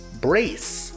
Brace